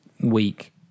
week